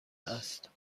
است